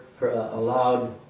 allowed